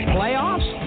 Playoffs